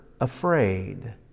afraid